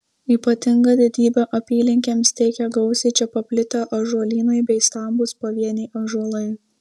ypatingą didybę apylinkėms teikia gausiai čia paplitę ąžuolynai bei stambūs pavieniai ąžuolai